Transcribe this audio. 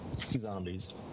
zombies